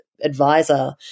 advisor